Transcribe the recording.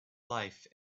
life